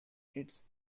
its